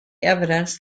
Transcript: evidence